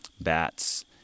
bats